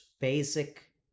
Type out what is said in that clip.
basic